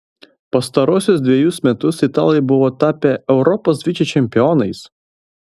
pastaruosius dvejus metus italai buvo tapę europos vicečempionais